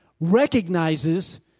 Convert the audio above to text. recognizes